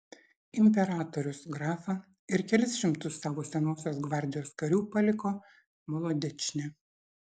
imperatorius grafą ir kelis šimtus savo senosios gvardijos karių paliko molodečne